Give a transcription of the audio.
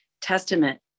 testament